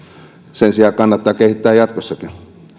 sen sijaan kannattaa kehittää jatkossakin